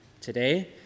today